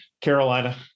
Carolina